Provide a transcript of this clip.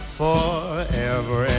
forever